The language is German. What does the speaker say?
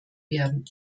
werden